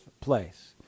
place